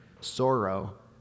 sorrow